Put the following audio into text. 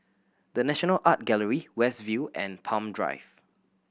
The National Art Gallery West View and Palm Drive